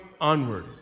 onward